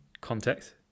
context